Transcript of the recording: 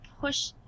push